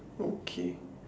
okay